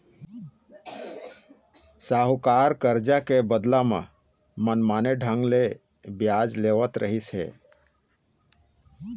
साहूकार करजा के बदला म मनमाने ढंग ले बियाज लेवत रहिस हे